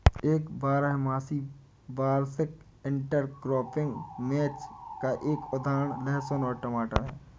एक बारहमासी वार्षिक इंटरक्रॉपिंग मैच का एक उदाहरण लहसुन और टमाटर है